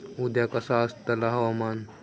उद्या कसा आसतला हवामान?